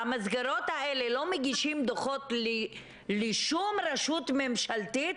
המסגרות האלה לא מגישים דוחות לשום רשות ממשלתית?